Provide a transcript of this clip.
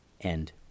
end